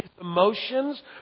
emotions